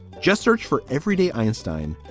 just search for everyday einstein,